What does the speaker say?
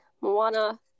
Moana